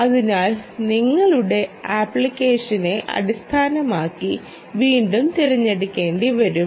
അതിനാൽ നിങ്ങളുടെ ആപ്ലിക്കേഷനെ അടിസ്ഥാനമാക്കി വീണ്ടും തിരഞ്ഞെടുക്കേണ്ടിവരും